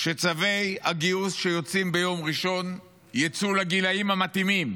שצווי הגיוס שיוצאים ביום ראשון יצאו לגילים המתאימים.